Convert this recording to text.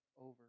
over